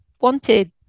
wanted